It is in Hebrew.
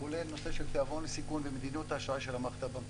כולל נושא של תיאבון לסיכון ומדיניות האשראי של המערכת הבנקאית.